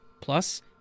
Plus